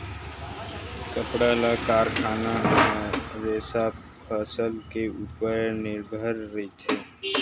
कपड़ा के कारखाना ह रेसा फसल के उपर निरभर रहिथे